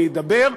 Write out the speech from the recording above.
אני אדבר,